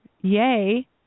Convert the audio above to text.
Yay